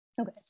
okay